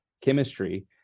chemistry